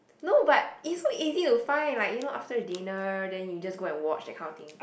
no but is so easy to find like you know after dinner then you just go and watch that kind of thing